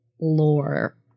lore